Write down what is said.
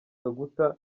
kaguta